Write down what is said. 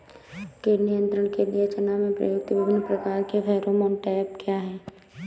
कीट नियंत्रण के लिए चना में प्रयुक्त विभिन्न प्रकार के फेरोमोन ट्रैप क्या है?